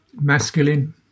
masculine